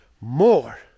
more